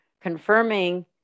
confirming